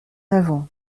avant